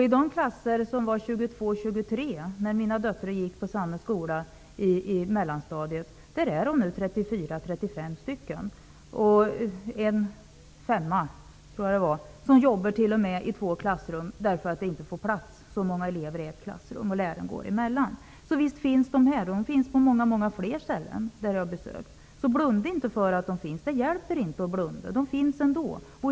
I de klasser där de var 22--23 när mina döttrar gick på mellanstadiet är de nu 34--35 stycken. Där finns nu en femma där man t.o.m. jobbar i två klassrum därför att alla inte får plats i ett klassrum och där läraren får lov att gå emellan klassrummen. Så visst finns de här klasserna. De finns också på många många andra ställen som jag har besökt. Så blunda inte för att de finns! Det hjälper inte att blunda -- de finns ändå.